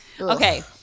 Okay